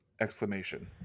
exclamation